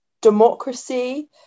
democracy